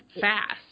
fast